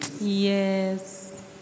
Yes